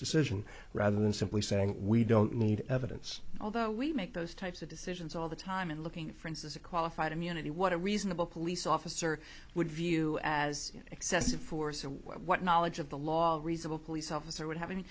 decision rather than simply saying we don't need evidence although we make those types of decisions all the time in looking at for instance a qualified immunity what a reasonable police officer would view as excessive force and what knowledge of the law reasonable police officer would hav